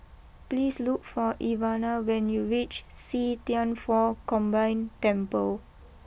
please look for Ivana when you reach see Thian Foh Combined Temple